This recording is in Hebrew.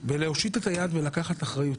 ולהושיט את היד ולקחת אחריות.